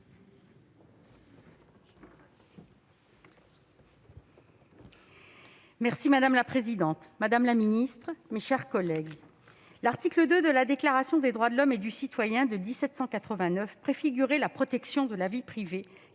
Madame la présidente, madame la ministre, mes chers collègues, l'article II de la Déclaration des droits de l'homme et du citoyen de 1789 préfigurait la protection de la vie privée,